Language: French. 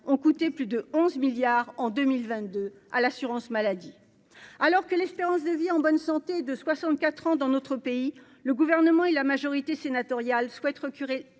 ont coûté plus de 11 milliards en 2022 à l'assurance maladie, alors que l'espérance de vie en bonne santé de 64 ans dans notre pays, le gouvernement et la majorité sénatoriale souhaite reculer,